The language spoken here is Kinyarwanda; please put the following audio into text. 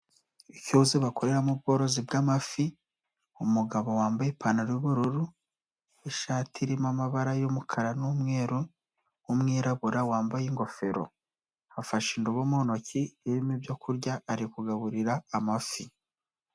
Icyuzi bakoreramo ubworozi bw'amafi, umugabo wambaye ipantaro y'ubururu n'ishati irimo amabara y'umukara n'umweru w'umwirabura wambaye ingofero, afashe indobo mu ntoki irimo ibyo kurya ari kugaburira amafi.